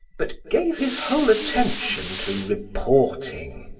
but gave his whole attention to reporting.